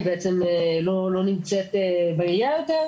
היא לא נמצאת בעניין הזה,